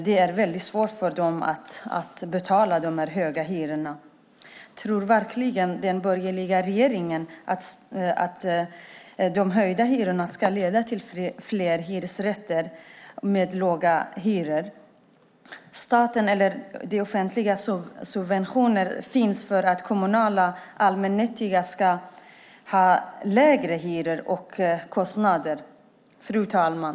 Det är svårt för dem att betala de höga hyrorna. Tror verkligen den borgerliga regeringen att höjda hyror ska leda till fler hyresrätter med låga hyror? De offentliga subventionerna finns för att kommunala allmännyttiga ska ha lägre hyror och kostnader. Fru talman!